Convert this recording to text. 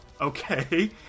Okay